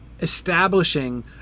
establishing